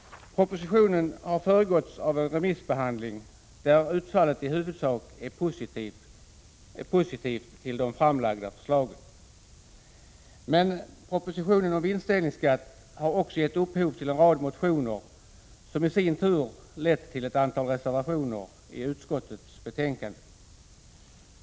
Propositionen har föregåtts av en remissbehandling, varvid svaren i huvudsak varit positiva till de framförda förslagen. Men propositionen om vinstdelningsskatt har också gett upphov till en rad motioner, som i sin tur lett till ett antal reservationer i utskottets betänkande.